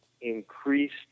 increased